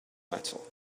metal